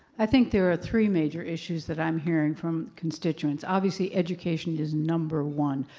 i think there are three major issues that i'm hearing from constituents. obviously education is number one,